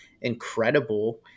incredible